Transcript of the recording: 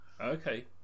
Okay